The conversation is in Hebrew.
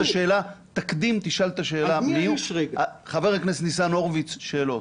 חבר הכנסת ניצן הורוביץ, שאלות.